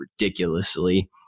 ridiculously